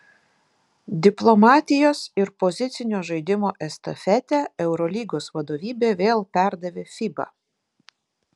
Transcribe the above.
diplomatijos ir pozicinio žaidimo estafetę eurolygos vadovybė vėl perdavė fiba